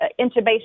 intubation